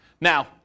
Now